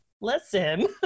listen